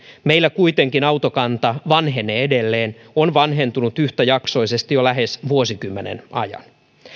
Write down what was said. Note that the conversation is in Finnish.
meillä kuitenkin autokanta vanhenee edelleen on vanhentunut yhtäjaksoisesti jo lähes vuosikymmenen ajan